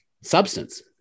substance